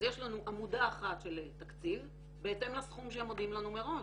אז יש לנו עמודה אחת של תקציב בהתאם לסכום שהם מודיעים לנו מראש,